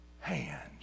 hands